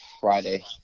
Friday